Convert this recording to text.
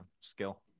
skill